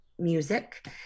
music